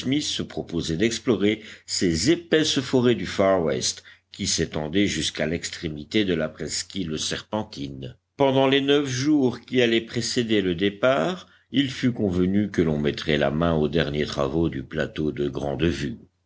se proposait d'explorer ces épaisses forêts du far west qui s'étendaient jusqu'à l'extrémité de la presqu'île serpentine pendant les neuf jours qui allaient précéder le départ il fut convenu que l'on mettrait la main aux derniers travaux du plateau de